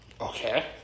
Okay